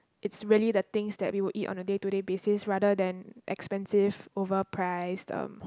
it's really the things that we would eat on a day to day basis rather than expensive over priced um